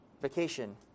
vacation